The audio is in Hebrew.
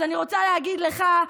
אז אני רוצה להגיד לך,